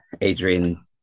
Adrian